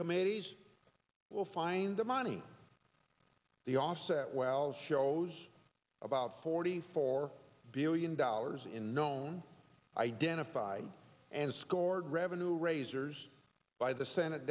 committee will find the money the offset wells shows about forty four billion dollars in known identified and scored revenue raisers by the senate